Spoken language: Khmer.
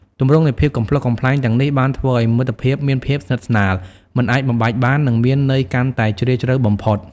ទម្រង់នៃភាពកំប្លុកកំប្លែងទាំងនេះបានធ្វើឱ្យមិត្តភាពមានភាពស្និទ្ធស្នាល មិនអាចបំបែកបាន និងមានន័យកាន់តែជ្រាលជ្រៅបំផុត។